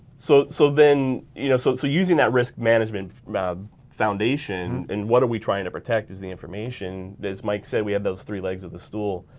so, so, then you know, so so using that risk management foundation and what are we trying to protect is the information as mike said we have those three legs of the stool.